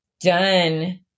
done